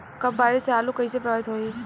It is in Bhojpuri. कम बारिस से आलू कइसे प्रभावित होयी?